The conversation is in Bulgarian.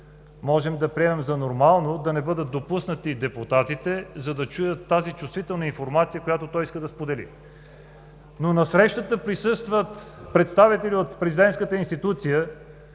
можем да приемем за нормално да не бъдат допуснати депутатите, за да чуят тази чувствителна информация, която той иска да сподели, но на срещата присъстват представители на президентската институция,